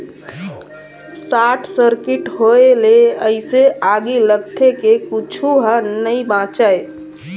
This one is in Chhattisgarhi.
सार्ट सर्किट होए ले अइसे आगी लगथे के कुछू ह नइ बाचय